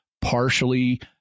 partially